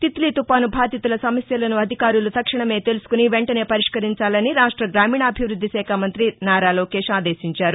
తిత్లీ తుపాను బాధితుల సమస్యలను అధికారులు తక్షణమే తెలుసుకుని వెంటనే పరిష్కరించాలని రాష్ట గ్రామీణాభివృద్ది శాఖా మంఁతి నారా లోకేష్ ఆదేశించారు